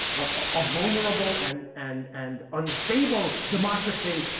a vulnerable and and and unstable democracy,